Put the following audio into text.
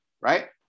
right